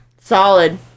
Solid